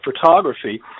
photography